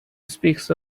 speaks